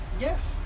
Yes